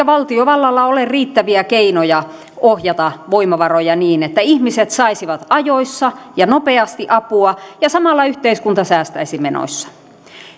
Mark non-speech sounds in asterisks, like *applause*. *unintelligible* valtiovallalla ole riittäviä keinoja ohjata voimavaroja niin että ihmiset saisivat ajoissa ja nopeasti apua ja samalla yhteiskunta säästäisi menoissa